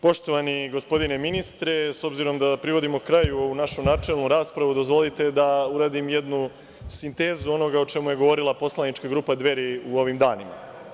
Poštovani gospodine ministre, s obzirom da privodimo kraju ovu našu načelnu raspravu dozvolite da uradim i jednu sintezu onog o čemu je govorila poslanička grupa Dveri u ovim danima.